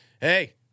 Hey